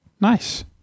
nice